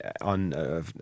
on